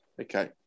okay